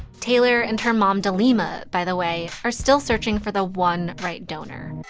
taylor and her mom, delima, by the way, are still searching for the one right donor